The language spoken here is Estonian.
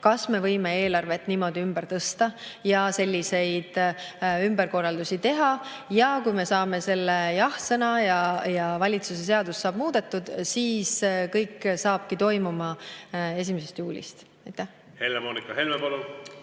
kas me võime eelarvet niimoodi ümber tõsta ja selliseid ümberkorraldusi teha, ja kui me saame selle jah-sõna ja valitsuse seadus saab muudetud, siis kõik saabki toimuma 1. juulist. Jaa, loomulikult,